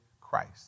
Christ